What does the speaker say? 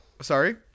Sorry